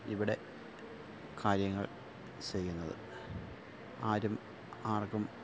ഇവിടെ കാര്യങ്ങള് ചെയ്യുന്നത് ആരും ആര്ക്കും